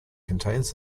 contains